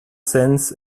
saëns